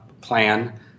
plan